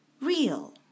real